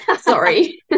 sorry